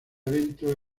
evento